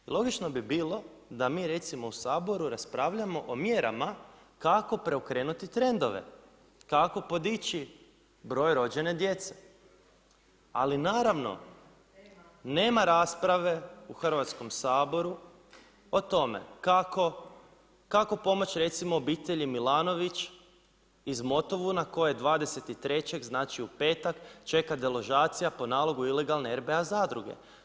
I logičko bi bilo da mi recimo u Saboru raspravljamo o mjerama kako preokrenuti trendove, kako podići broj rođene djece, ali naravno, nema rasprave u Hrvatskom saboru o tome kako pomoći recimo obitelji Milanović iz Motovuna koja je 23. znači u petak, čeka deložacija po nalogu ilegalne RBA zadruge.